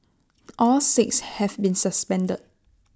all six have been suspended